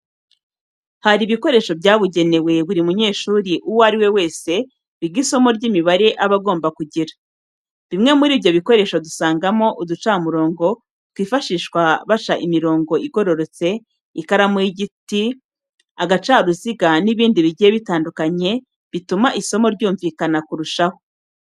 Hari ibikoresho byabugenewe buri munyeshuri uwo ari we wese wiga isomo ry'imibare aba agomba kugira. Bimwe muri ibyo bikoresho dusangamo uducamurongo twifashishwa baca imirongo igororotse, ikaramu y'igiti, agacaruziga n'ibindi bigiye bitandukanye bituma isomo ryumvikana kurushaho.